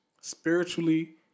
Spiritually